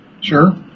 Sure